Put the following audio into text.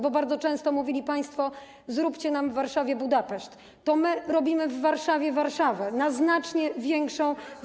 Bardzo często mówili państwo: zróbcie nam w Warszawie Budapeszt, a my robimy w Warszawie Warszawę w znacznie większej skali.